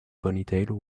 ponytail